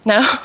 No